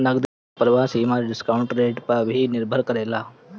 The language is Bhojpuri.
नगदी प्रवाह सीमा डिस्काउंट रेट पअ भी निर्भर करेला